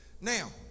Now